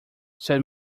said